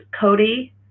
Cody